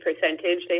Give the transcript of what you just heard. percentage